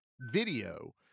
video